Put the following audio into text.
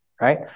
right